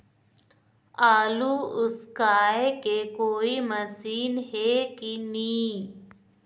आलू उसकाय के कोई मशीन हे कि नी?